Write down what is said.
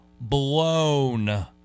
blown